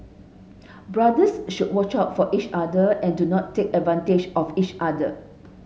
brothers should watch out for each other and do not take advantage of each other